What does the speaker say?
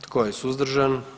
Tko je suzdržan?